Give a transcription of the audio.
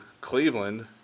Cleveland